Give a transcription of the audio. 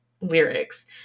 lyrics